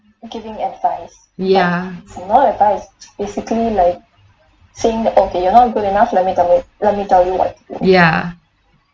ya ya